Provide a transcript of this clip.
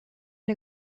der